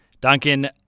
Duncan